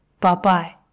Bye-bye